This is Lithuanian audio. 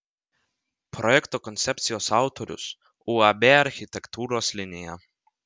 projekto koncepcijos autorius uab architektūros linija